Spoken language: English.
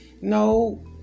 no